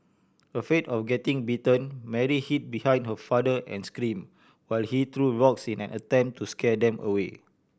afraid of getting bitten Mary hid behind her father and scream while he threw rocks in an attempt to scare them away